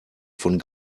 von